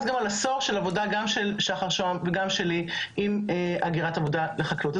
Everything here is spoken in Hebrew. גם על עשור של עבודה גם שחר שוהם וגם שלי עם הגירת עבודה לחקלאות.